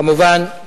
כמובן,